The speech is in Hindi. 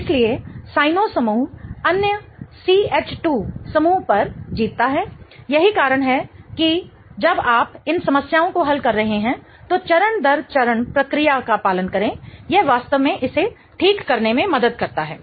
इसलिए साइनओ समूह अन्य CH2 समूह पर जीतता है यही कारण है कि जब आप इन समस्याओं को हल कर रहे हैं तो चरण दर चरण प्रक्रिया का पालन करें यह वास्तव में इसे ठीक करने में मदद करता है